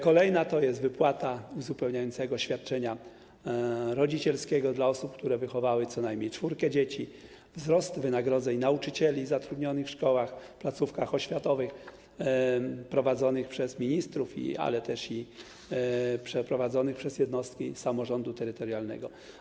Kolejna rzecz to jest wypłata uzupełniającego świadczenia rodzicielskiego dla osób, które wychowały co najmniej czwórkę dzieci, wzrost wynagrodzeń nauczycieli zatrudnionych w szkołach, placówkach oświatowych prowadzonych przez ministrów, ale też prowadzonych przez jednostki samorządu terytorialnego.